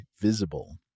Visible